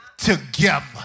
together